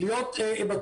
כדי להיות בטוח,